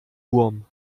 wurm